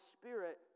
Spirit